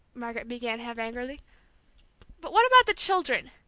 margaret began, half angrily but what about the children?